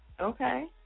Okay